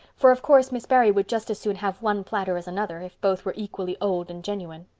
for of course miss barry would just as soon have one platter as another, if both were equally old and genuine.